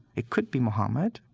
it could be muhammad,